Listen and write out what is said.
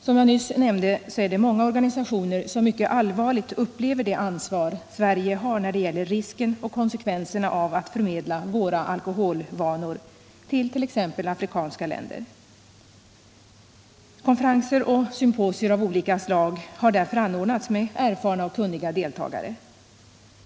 Som jag nyss nämnde är det många organisationer som mycket allvarligt upplever det ansvar Sverige har när det gäller risken och konsekvenserna av att förmedla våra alkoholvanor till t.ex. afrikanska länder. Konferenser och symposier av olika slag har därför anordnats med erfarna och kunniga deltagare.